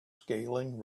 scaling